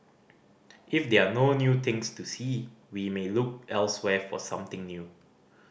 if there are no new things to see we may look elsewhere for something new